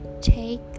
Take